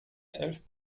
elf